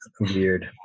weird